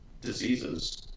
diseases